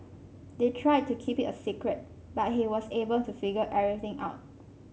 they tried to keep it a secret but he was able to figure everything out